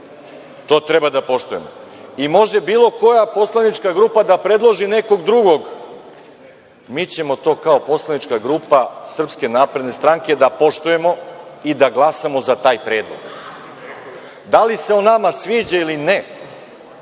to treba da poštujemo. Može bilo koja poslanička grupa da predloži nekog drugog, mi ćemo to kao poslanička grupa SNS da poštujemo i da glasamo za taj predlog. Da li se on nama sviđa ili ne,